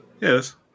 Yes